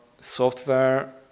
software